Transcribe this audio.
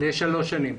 לשלוש שנים.